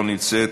לא נמצאת.